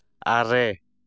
ᱟᱨᱮ